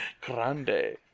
Grande